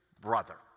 brother